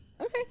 Okay